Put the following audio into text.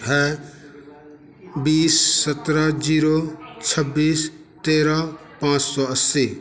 है बीस सत्रह जीरो छब्बीस तेरह पाँच सौ अस्सी